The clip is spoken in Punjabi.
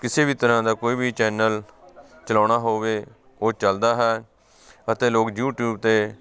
ਕਿਸੇ ਵੀ ਤਰ੍ਹਾਂ ਦਾ ਕੋਈ ਵੀ ਚੈਨਲ ਚਲਾਉਣਾ ਹੋਵੇ ਉਹ ਚੱਲਦਾ ਹੈ ਅਤੇ ਲੋਕ ਯੂਟਿਊਬ 'ਤੇ